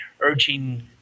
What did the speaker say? urging